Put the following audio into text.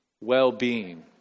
well-being